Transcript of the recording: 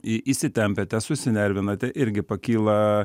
į įsitempiate susinervinate irgi pakyla